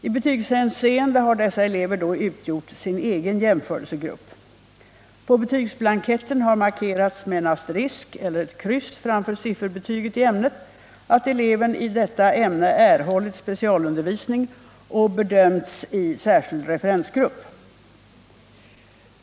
I betygshänseende har dessa elever då utgjort sin egen jämförelsegrupp. På betygsblanketten har markerats med en asterisk eller ett kryss framför sifferbetygen i ämnet att eleven i detta ämne erhållit specialundervisning och bedömts i särskild referensgrupp.